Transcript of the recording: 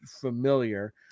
familiar